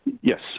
Yes